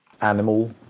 animal